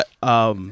But-